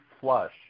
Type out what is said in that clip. flush